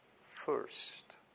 first